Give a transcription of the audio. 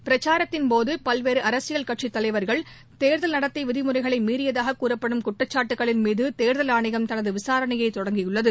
பிரசாரத்தின் போது பல்வேறு அரசியல் கட்சி தலைவர்கள் தேர்தல் நடத்தை விதிமுறைகளை மீறியதாக கூறப்படும் குற்றச்சாட்டுகளின் மீது தேர்தல் ஆணையம் தனது விசாரணையை தொடங்கி உள்ளது